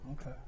Okay